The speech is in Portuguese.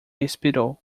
expirou